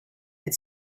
had